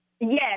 Yes